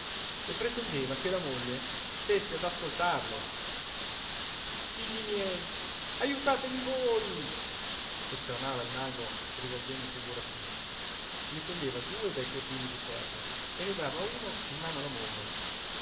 e pretendeva che la moglie stesse ad ascoltarlo figli miei ajutatemi voi esclamava il mago rivolgendosi ai burattini ne toglieva due dai cordini di ferro e ne dava uno in mano alla moglie